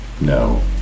no